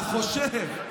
אתה חושב.